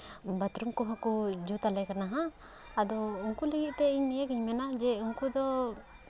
bathroom ᱠᱚᱦᱚᱸ ᱠᱚ ᱡᱩᱛ ᱟᱞᱮ ᱠᱟᱱᱟ ᱦᱟᱸᱜ ᱟᱫᱚ ᱩᱱᱠᱩ ᱞᱟᱹᱜᱤᱫ ᱛᱮ ᱱᱤᱭᱟᱹᱜᱤᱧ ᱢᱮᱱᱟ ᱡᱮ ᱩᱱᱠᱩ ᱫᱚ